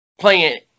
Playing